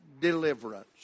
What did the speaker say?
deliverance